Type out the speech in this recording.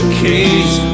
case